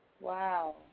Wow